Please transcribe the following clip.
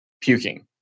puking